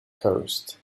coast